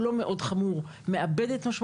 המעשה בייחוד אם הוא לא מאוד חמור מאבד את משמעותו.